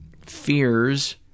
fears